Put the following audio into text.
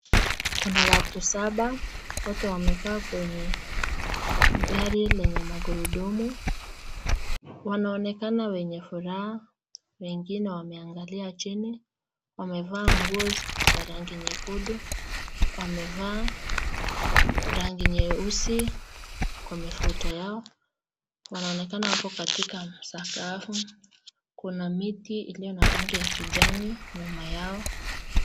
Kuna watu saba. Wote wamekaa kwenye gari lenye magurudumu. Wanaonekana wenye furaha. Wengine wameangalia chini, wamevaa nguo za rangi nyekundu, wamevaa rangi nyeusi kwa mifuto yao. Wanaonekana wako katika sakafu. Kuna miti iliyo na rangi ya kijani nyuma yao.